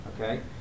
Okay